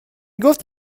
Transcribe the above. گفت